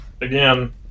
again